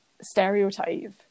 stereotype